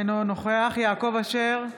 אינו נוכח יעקב אשר,